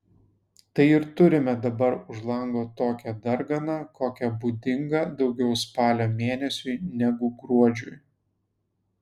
tai ir turime dabar už lango tokią darganą kokia būdinga daugiau spalio mėnesiui negu gruodžiui